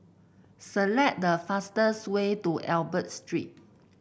select the fastest way to Albert Street